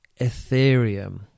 Ethereum